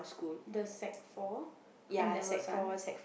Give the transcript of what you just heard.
the Sec-four N-levels one